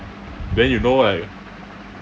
then you know right